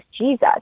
Jesus